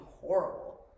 horrible